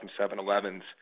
7-Elevens